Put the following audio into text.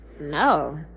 no